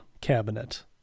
cabinet